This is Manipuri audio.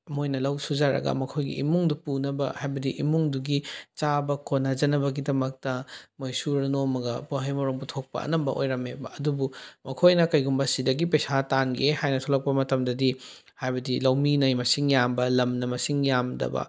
ꯃꯣꯏꯅ ꯂꯧ ꯁꯨꯖꯔꯒ ꯃꯈꯣꯏꯒꯤ ꯏꯃꯨꯡꯗꯨ ꯄꯨꯅꯕ ꯍꯥꯏꯕꯗꯤ ꯏꯃꯨꯡꯗꯨꯒꯤ ꯆꯥꯕ ꯀꯣꯟꯅꯖꯅꯕꯒꯤꯗꯃꯛꯇ ꯃꯣꯏ ꯁꯨꯔ ꯅꯣꯝꯃꯒ ꯃꯍꯩ ꯃꯔꯣꯡ ꯄꯨꯊꯣꯛꯄ ꯑꯅꯝꯕ ꯑꯣꯏꯔꯝꯃꯦꯕ ꯑꯗꯨꯕꯨ ꯃꯈꯣꯏꯅ ꯀꯔꯤꯒꯨꯝꯕ ꯁꯤꯗꯒꯤ ꯄꯩꯁꯥ ꯇꯥꯟꯒꯦ ꯍꯥꯏꯅ ꯊꯣꯛꯂꯛꯄ ꯃꯇꯝꯗꯗꯤ ꯂꯧꯃꯤꯅ ꯃꯁꯤꯡ ꯌꯥꯝꯅ ꯂꯝꯅ ꯃꯁꯤꯡ ꯌꯥꯝꯗꯕ